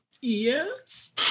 Yes